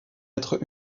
être